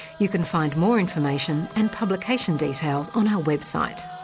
you can find more information and publication details, on our website.